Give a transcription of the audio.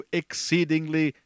exceedingly